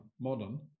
modern